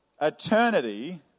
eternity